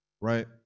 right